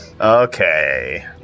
Okay